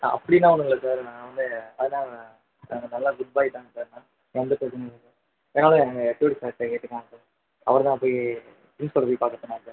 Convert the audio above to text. ஆ அப்படிலாம் ஒன்றும் இல்லை சார் நான் வந்து அதெல்லாம் நாங்கள் நல்ல குட் பாய் தாங்க சார் நான் எந்த பிரச்சனையும் இல்லை வேணாலும் எங்கள் ஹெச்சோடி சார்கிட்ட கேட்டுக்கோங்க சார் அவர் தான் போய் பிரின்சிபாலை போய் பார்க்க சொன்னார் சார்